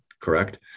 correct